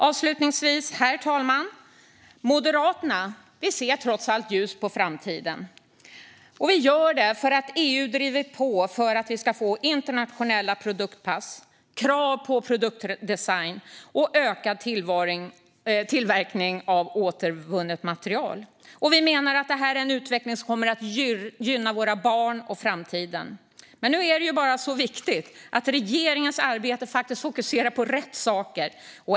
Avslutningsvis, herr talman, ser Moderaterna trots allt ljust på framtiden. Det gör vi för att EU driver på för att vi ska få internationella produktpass, krav på produktdesign och ökad tillverkning av återvunnet material. Det är en utveckling som kommer att gynna våra barn och framtiden. Nu är det dock viktigt att regeringens arbete fokuserar på rätt saker.